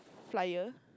flyer